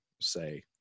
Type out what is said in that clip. say